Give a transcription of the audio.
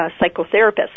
psychotherapist